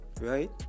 Right